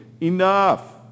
Enough